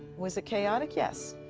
was it chaotic? yes.